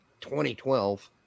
2012